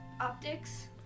optics